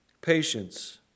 Patience